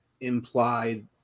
implied